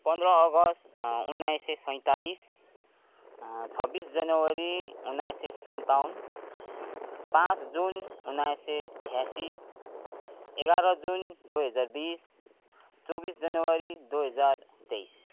पन्ध्र अगस्त उनाइस सय सैँतालिस छब्बिस जनवरी उन्नाइस सय सन्ताउन्न पाँच जुन उन्नाइस सय छ्यासी एघार जुन दुई हजार बिस चौबि जनवरी दुई हजार तेइस